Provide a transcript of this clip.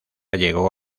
llegó